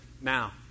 now